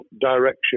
direction